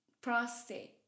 Prostate